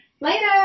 Later